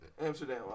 Amsterdam